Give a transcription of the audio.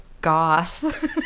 Goth